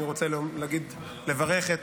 אני רוצה לברך את